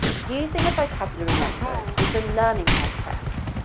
using a vocabulary notebook is a learning process,